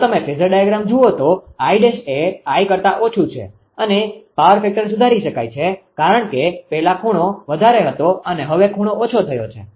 જો તમે phasor diagram જુઓ તો 𝐼′ એ 𝐼 કરતા ઓછું છે અને પાવર ફેક્ટર સુધારી શકાય છે કારણ કે પહેલાં ખૂણો વધારે હતો અને હવે ખૂણો ઓછો થયો છે